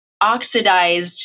oxidized